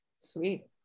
sweet